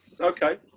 okay